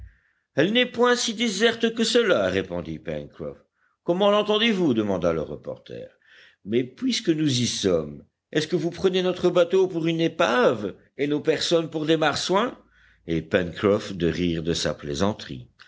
elle n'est point si déserte que cela répondit pencroff comment l'entendez-vous demanda le reporter mais puisque nous y sommes est-ce que vous prenez notre bateau pour une épave et nos personnes pour des marsouins et pencroff de rire de sa plaisanterie